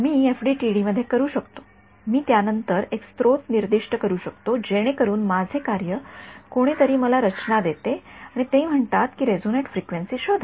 मी FDTD मध्ये करू शकतो मी त्यानंतर एक स्त्रोत निर्दिष्ट करू शकतो जेणेकरून माझे कार्य कोणीतरी मला रचना देते आणि ते म्हणतात की रेसॉनेट फ्रिक्वेन्सी शोधा